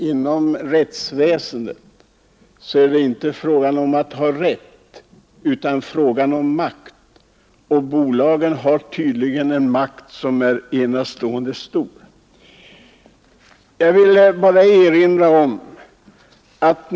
Inom rättsväsendet är det inte fråga om att ha rätt, utan det är fråga om makt. Och bolagen har tydligen en enastående stor makt.